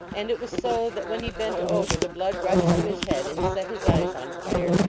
and it was so that when he bent over the blood rushed to his head and set his eyes on fire,